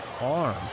arm